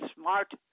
smart